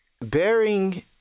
bearing